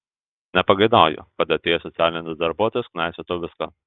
nepageidauju kad atėjęs socialinis darbuotojas knaisiotų viską